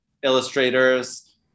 Illustrators